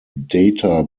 data